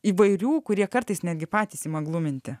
įvairių kurie kartais netgi patys ima gluminti